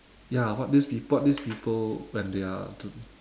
ya what these peop~ what these people when they are